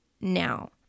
now